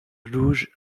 rouge